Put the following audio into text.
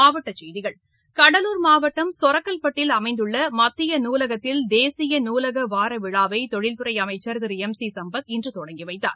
மாவட்டச்செய்திகள் கடலூர் மாவட்டம் சொரக்கல்பட்டில் அமைந்துள்ள மத்திய நூலகத்தில் தேசிய நூலக வாரவிழாவை தொழில் துறை அமைச்சர் திரு எம் சி சம்பத் இன்று தொடங்கிவைத்தார்